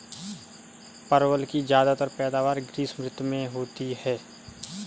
परवल की ज्यादातर पैदावार ग्रीष्म ऋतु में होती है